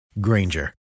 Granger